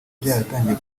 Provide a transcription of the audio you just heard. byaratangiye